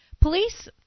Police